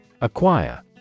Acquire